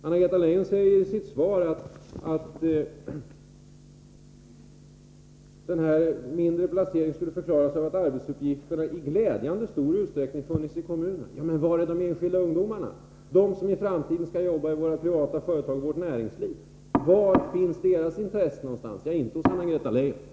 Anna-Greta Leijon säger i sitt svar att den begränsade placeringen i den enskilda sektorn skulle förklaras av att ”arbetsuppgifter i glädjande stor utsträckning funnits i kommunerna”. Men var är de ungdomar som i framtiden skall jobba i våra privata företag och i vårt näringsliv? Var finns deras intressen representerade? Ja, inte är det hos Anna-Greta Leijon.